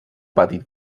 petit